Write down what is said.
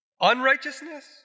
Unrighteousness